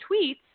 tweets